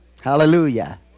Hallelujah